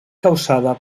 causada